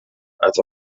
als